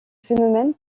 phénomène